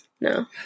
no